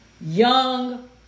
young